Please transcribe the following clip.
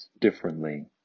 differently